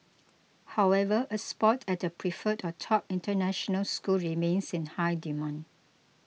however a spot at a preferred or top international school remains in high demand